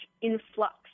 influx